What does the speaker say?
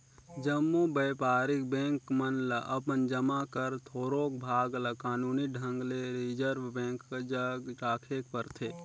जम्मो बयपारिक बेंक मन ल अपन जमा कर थोरोक भाग ल कानूनी ढंग ले रिजर्व बेंक जग राखेक परथे